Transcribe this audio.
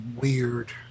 weird